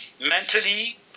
mentally